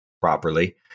properly